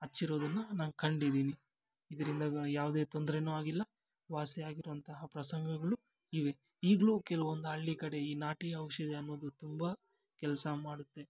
ಹಚ್ಚಿರೋದನ್ನ ನಾನು ಕಂಡಿದಿನಿ ಇದರಿಂದ ಯಾವುದೇ ತೊಂದ್ರೆನೂ ಆಗಿಲ್ಲ ವಾಸಿಯಾಗಿರುವಂತಹ ಪ್ರಸಂಗಗಳು ಇವೆ ಈಗಲೂ ಕೆಲ್ವೊಂದು ಹಳ್ಳಿ ಕಡೆ ಈ ನಾಟಿ ಔಷಧಿ ಅನ್ನೋದು ತುಂಬ ಕೆಲಸ ಮಾಡುತ್ತೆ